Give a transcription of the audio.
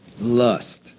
lust